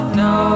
no